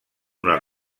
una